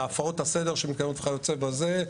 להפרות הסדר שמתקיימות וכיוצא בזה.